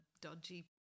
dodgy